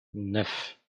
neuf